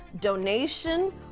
donation